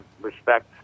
respect